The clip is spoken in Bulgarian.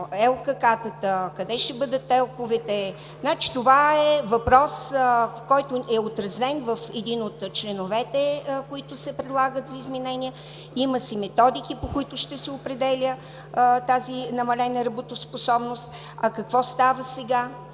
ЛКК-тата, къде ще бъдат ТЕЛК-овете? Това е въпрос, който е отразен в един от членовете, които се предлагат за изменение, има си методики, по които ще се определя тази намалена работоспособност. А какво става сега,